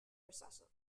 recessive